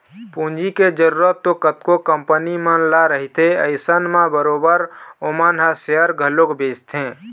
पूंजी के जरुरत तो कतको कंपनी मन ल रहिथे अइसन म बरोबर ओमन ह सेयर घलोक बेंचथे